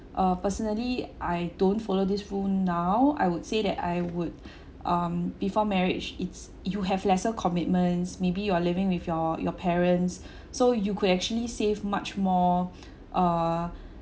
uh personally I don't follow this rule now I would say that I would um before marriage it's you have lesser commitments maybe you're living with your your parents so you could actually save much more err